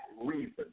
reason